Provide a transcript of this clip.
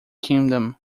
kingdom